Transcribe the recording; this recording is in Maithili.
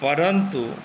परन्तु